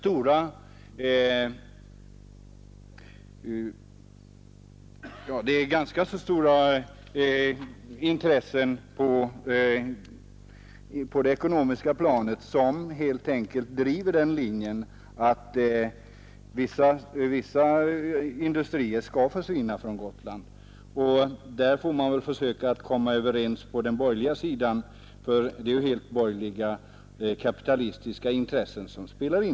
Det är ganska stora ekonomiska intressen som driver den linjen att viss företagsamhet skall försvinna från Gotland. Där får man väl på den borgerliga sidan försöka komma överens, ty det är ju helt borgerliga-kapitalistiska intressen som där spelar in.